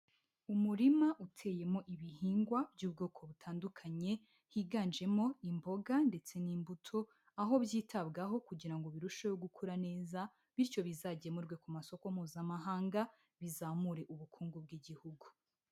Umurima uteyemo ibihingwa by'ubwoko butandukanye, higanjemo imboga ndetse n'imbuto, aho byitabwaho kugira ngo birusheho gukura neza, bityo bizagemurwe ku masoko mpuzamahanga, bizamure ubukungu bw'igihugu.